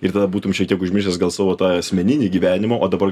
ir tada būtum šiek tiek užmiršęs gal savo tą asmeninį gyvenimą o dabar